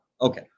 Okay